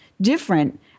different